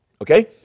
Okay